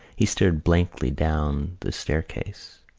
he stared blankly down the staircase.